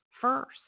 first